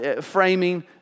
Framing